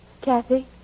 Kathy